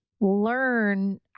learn